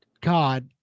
God